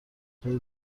خودت